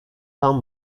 tam